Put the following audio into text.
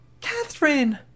Catherine